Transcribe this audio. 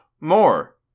more